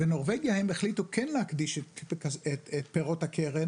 בנורבגיה הם החליטו כן להקדיש את פירות הקרן